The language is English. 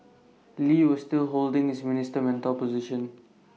lee was still holding his minister mentor position